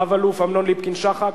רב-אלוף אמנון ליפקין-שחק,